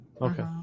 okay